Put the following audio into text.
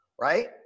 Right